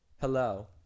Hello